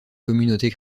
communauté